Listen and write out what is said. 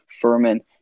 Furman